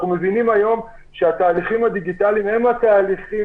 אנחנו מבינים היום שהתהליכים הדיגיטליים הם התהליכים